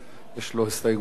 יש לו הסתייגות אחת,